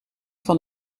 van